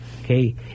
Okay